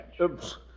Oops